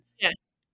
yes